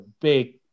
big